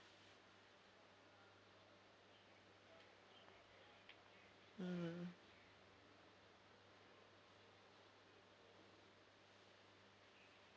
mm